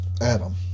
Adam